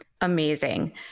Amazing